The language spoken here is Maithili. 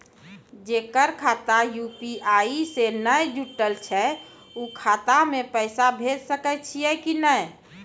जेकर खाता यु.पी.आई से नैय जुटल छै उ खाता मे पैसा भेज सकै छियै कि नै?